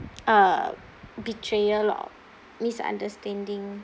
uh betrayal or misunderstanding